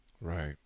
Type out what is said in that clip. Right